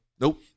Nope